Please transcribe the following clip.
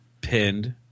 pinned